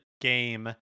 game